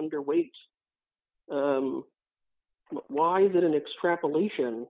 underweight why that an extrapolation